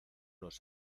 nos